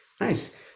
Nice